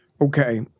Okay